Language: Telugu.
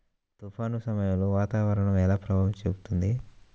తుఫాను సమయాలలో వాతావరణం ఎలా ప్రభావం చూపుతుంది?